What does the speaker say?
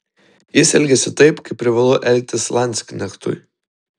jis elgėsi taip kaip privalu elgtis landsknechtui